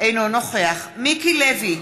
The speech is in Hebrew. אינו נוכח מיקי לוי,